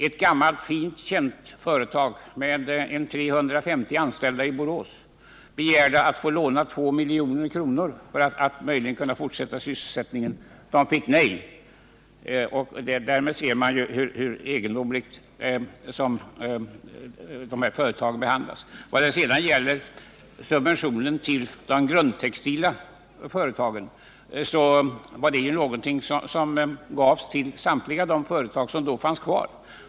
Ett gammalt fint, känt företag med 350 anställda i Borås begärde att få låna 2 milj.kr. för att möjligen kunna fortsätta och upprätthålla sysselsättningen — och fick nej. Därmed ser man hur egendomligt dessa företag behandlas. När det sedan gäller subventionen till de grundtextila företagen vill jag framhålla att den gavs till samtliga de företag som fanns kvar.